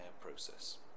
process